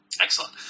Excellent